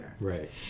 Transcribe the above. right